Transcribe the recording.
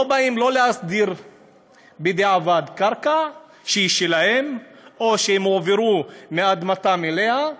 לא באים להסדיר בדיעבד קרקע שהיא שלהם או שהם הועברו מאדמתם אליה,